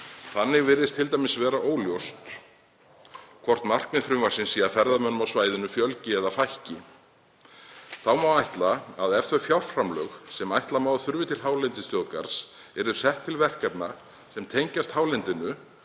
Þannig virðist t.d. vera óljóst hvort markmið frumvarpsins sé að ferðamönnum á svæðinu fjölgi eða fækki. Þá má ætla að ef þau fjárframlög sem ætla má að þurfi til hálendisþjóðgarðs yrðu sett til verkefna sem tengjast hálendi